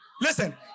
listen